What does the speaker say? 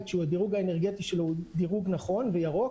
שהדירוג האנרגטי שלו הוא דירוג נכון וירוק,